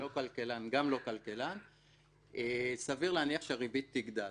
אני לא כלכלן סביר להניח שהריבית תגדל.